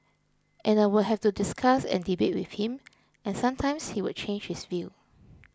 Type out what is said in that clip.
and I would have to discuss and debate with him and sometimes he would change his view